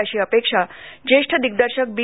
अशी अपेक्षा ज्येष्ठ दिग्दर्शक बी